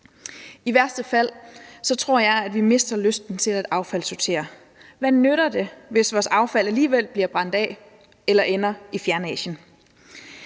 i værste fald mister vi lysten til at affaldssortere, tror jeg. Hvad nytter det, hvis vores affald alligevel bliver brændt af eller ender i Fjernøsten?